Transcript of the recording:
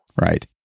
Right